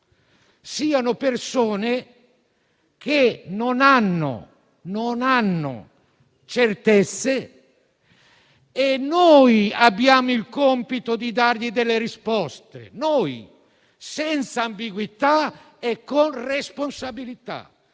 siano persone che non hanno certezze e noi abbiamo il compito di dar loro delle risposte, senza ambiguità e con responsabilità.